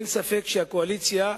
אין ספק שהקואליציה,